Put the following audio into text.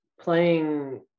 playing